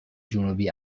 جنوبی